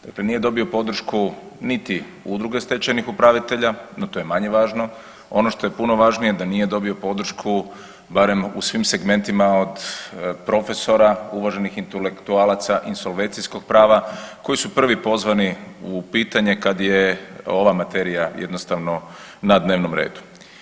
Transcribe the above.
Dakle nije dobio podršku niti udruge stečajnih upravitelja, no to je manje važno, ono što je puno važnije da nije dobio podršku barem u svim segmentima od profesora, uvaženih intelektualaca insolvencijskog prava koji su prvi pozvani u pitanje kad je ova materija jednostavno na dnevnom redu.